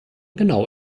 genau